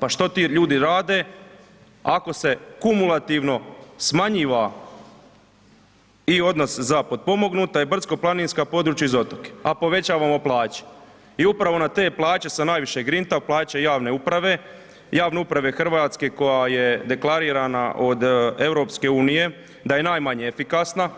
Pa što ti ljudi rade ako se kumulativno smanjuje i odnos za potpomognuta i brdsko-planinska područja i otoke, a povećavamo plaće i upravo na te plaće sa najviše grinta plaćaju javne uprave, javne uprave Hrvatske koja je deklarirana od EU, da je najmanje efikasna,